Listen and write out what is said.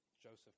Joseph